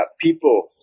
people